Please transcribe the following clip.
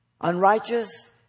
Unrighteous